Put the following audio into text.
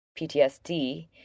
PTSD